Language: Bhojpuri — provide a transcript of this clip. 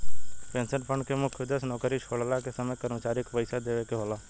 पेंशन फण्ड के मुख्य उद्देश्य नौकरी छोड़ला के समय कर्मचारी के पइसा देवेके होला